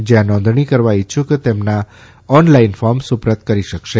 જયાં નોંધણી કરાવવા ઇચ્છુક તેમના ઓનલાઇન ફોર્મ સુપ્રત કરી શકશે